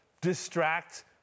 distract